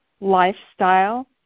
lifestyle